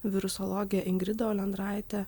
virusologe ingrida olendraite